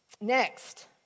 Next